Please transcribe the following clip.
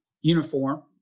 uniform